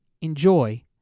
enjoy